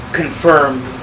confirmed